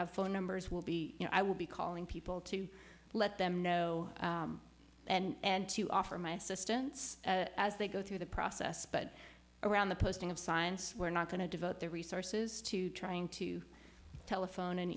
have phone numbers will be you know i will be calling people to let them know and to offer my system as they go through the process but around the posting of science we're not going to devote the resources to trying to telephone and